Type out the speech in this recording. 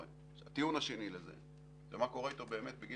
הטיעון השני לזה זה מה קורה איתו בגיל